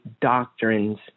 doctrines